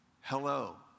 Hello